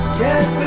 get